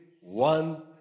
one